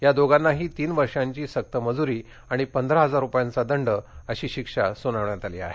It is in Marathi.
या दोघानांही तीन वर्षाची सक्त मजुरी आणि पंधरा हजार रुपयांचा दंड अशी शिक्षा सुनावण्यात आली आहे